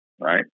Right